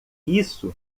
isso